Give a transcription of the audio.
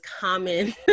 common